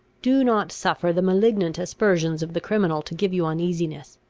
do not suffer the malignant aspersions of the criminal to give you uneasiness.